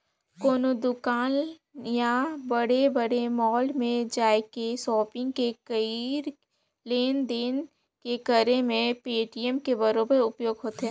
कोनो दुकान या बड़े बड़े मॉल में जायके सापिग के करई लेन देन के करे मे पेटीएम के बरोबर उपयोग होथे